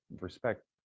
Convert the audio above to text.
respect